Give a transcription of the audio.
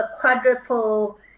quadruple